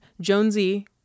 Jonesy